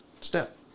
step